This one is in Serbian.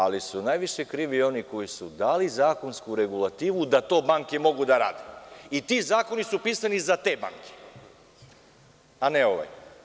Ali su najviše krivi oni koji su dali zakonsku regulativu da to banke mogu da rade i ti zakoni su pisani za te banke, a ne ovaj.